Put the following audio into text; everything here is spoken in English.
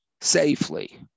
Safely